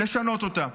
לשנות אותה.